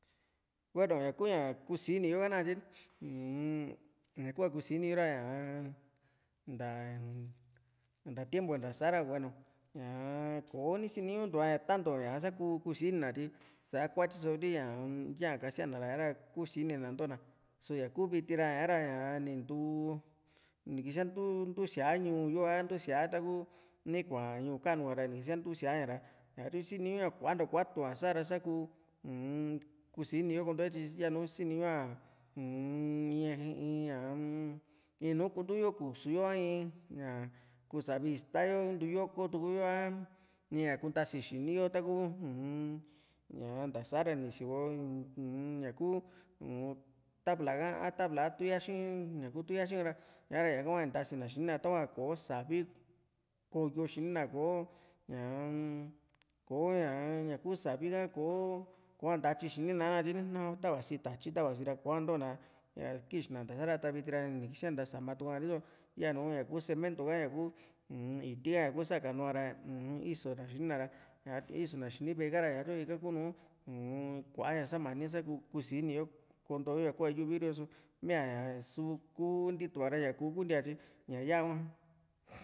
hueno ña ku ña kusini yo nakatye ni uu-m ñakuá kusine ra ñaa nta nta tiempu ntasa hueno ñaa kò´o ni sini ñuntuá tanto ñá sa kuusinina tyi sa kuatyi só li´ña yaa kasíana ra kusini na nto´na só ñaku viti ra sa´ra ña nintuu ni kisáa ntu´u síaa ñuu yo a ntusía taku nikua ñuu kanu kara ni kisía ntu síaaña ra satyu siniñu´a kuantua kuatu´a sa´ra sá kuu uu-m kusini yo konto yo tyi yanu siniñu´a uu-m in ña in nùù kuntu yo kusu yo a in ña kusavi ista yo ntu yoko tuku yo a ii´a kuntasi xini yo a taku u-m ña ntasara ni sío ñaku tabla ka a tbla a tu yaxi´n ñakuu tu yaxin ka´ra ña´ra ñaka hua ni ntasina xini na tahua ko savi ko´yo xini ná kò´o ñaa-m ko´ña ku savi ka ko´a ntatyi xini na ta vasi tatyi vasi ra koá ntona kixina ntasara ta viti ra nikisía ntasana tuku´a riso yanu ña ku semento ka ñaku uu-n ñaku iti ka sakanu´a ra isona xini´a isona xini ve´e kara ika kuu nùù u-n kuaa ña samani sa kúsini yo konto yo ñaku ña yuvili´o riso mía´ña kuu ntitua´ra ña kuu kunti´a tyi ña ya hua